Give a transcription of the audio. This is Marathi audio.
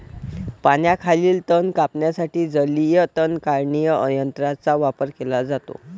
पाण्याखालील तण कापण्यासाठी जलीय तण काढणी यंत्राचा वापर केला जातो